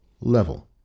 level